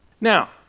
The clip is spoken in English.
Now